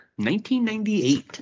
1998